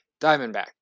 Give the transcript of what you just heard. Diamondback